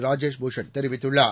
ராஜேஷ்பூஷண்தெரிவித்துள்ளார்